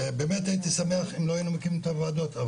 הייתי שמח אם לא היינו מקימים את הוועדות,